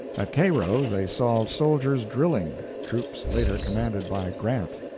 at cairo they saw soldiers drilling troops later commanded by grant.